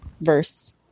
verse